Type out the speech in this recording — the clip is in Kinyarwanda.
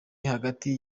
hagati